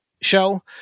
show